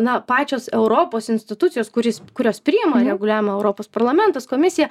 na pačios europos institucijos kuris kurios priima reguliavimą europos parlamentas komisija